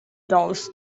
doves